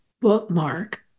bookmark